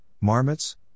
marmots